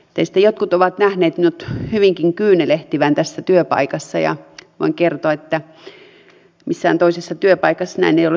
teistä jotkut ovat nähneet minut hyvinkin kyynelehtivän tässä työpaikassa ja voin kertoa että missään toisessa työpaikassa näin ei ole käynyt